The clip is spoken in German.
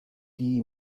die